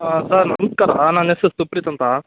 sir ನಮಸ್ಕಾರ ನನ್ನ ಹೆಸ್ರು ಸುಪ್ರೀತ್ ಅಂತ